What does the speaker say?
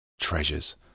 treasures